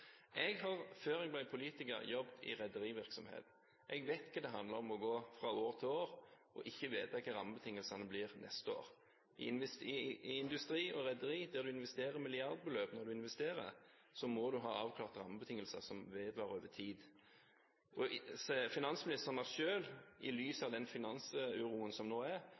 Før jeg ble politiker, jobbet jeg i rederivirksomhet. Jeg vet hva det handler om – å gå fra år til år og ikke vite hva rammebetingelsene blir neste år. I industrien og i rederinæringen, der man investerer milliardbeløp når man investerer, må man ha avklarte rammebetingelser som vedvarer over tid. Finansministeren har selv, i lys av den finansuroen som nå er,